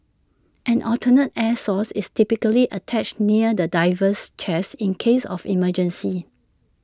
an alternative air source is typically attached near the diver's chest in case of emergency